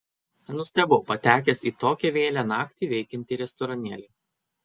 nustebau patekęs į tokią vėlią naktį veikiantį restoranėlį